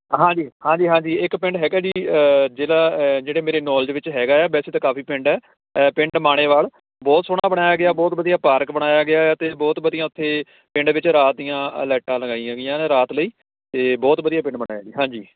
ਹਾਂਜੀ ਹਾਂਜੀ ਹਾਂਜੀ ਇੱਕ ਪਿੰਡ ਹੈਗਾ ਜੀ ਜ਼ਿਲ੍ਹਾ ਜਿਹੜੇ ਮੇਰੇ ਨੌਲੇਜ ਵਿੱਚ ਹੈਗਾ ਆ ਵੈਸੇ ਤਾਂ ਕਾਫੀ ਪਿੰਡ ਹੈ ਪਿੰਡ ਮਾਣੇਵਾਲ ਬਹੁਤ ਸੋਹਣਾ ਬਣਾਇਆ ਗਿਆ ਬਹੁਤ ਵਧੀਆ ਪਾਰਕ ਬਣਾਇਆ ਗਿਆ ਅਤੇ ਬਹੁਤ ਵਧੀਆ ਉੱਥੇ ਪਿੰਡ ਵਿੱਚ ਰਾਤ ਦੀਆਂ ਲਾਈਟਾਂ ਲਗਾਈਆਂ ਗਈਆਂ ਰਾਤ ਲਈ ਅਤੇ ਬਹੁਤ ਵਧੀਆ ਪਿੰਡ ਬਣਾਇਆ ਜੀ ਹਾਂਜੀ